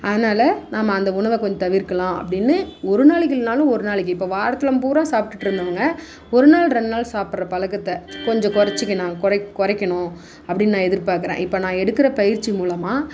அதனால் நம்ம அந்த உணவை கொஞ் தவிர்க்கலாம் அப்படின்னு ஒரு நாளைக்கு இல்லைனாலும் ஒரு நாளைக்கு இப்போ வாரத்துலம் பூரா சாப்பிட்டுட்ருந்தவங்க ஒரு நாள் ரெண்டு நாள் சாப்பிட்ற பழக்கத்தை கொஞ்சம் குறச்சிக்கின்னா குறைக் குறைக்கணும் அப்படின்னு நான் எதிர்பார்க்கறேன் இப்போ நான் எடுக்கிற பயிற்சி மூலமாக